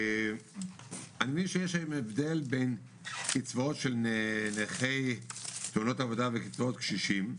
אני מבין שיש הבדל בין קצבאות של נכי תאונות עבודה וקצבאות קשישים,